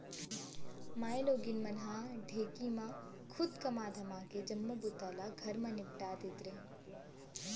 माइलोगन मन ह ढेंकी म खुंद कमा धमाके जम्मो बूता ल घरे म निपटा देत रहिन